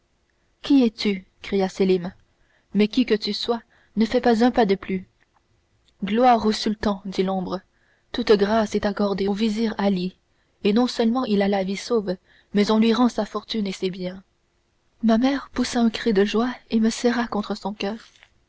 qui es-tu cria sélim mais qui que tu sois ne fais pas un pas de plus gloire au sultan dit l'ombre toute grâce est accordée au vizir ali et non seulement il a la vie sauve mais on lui rend sa fortune et ses biens ma mère poussa un cri de joie et me serra contre son coeur